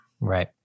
Right